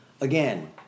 again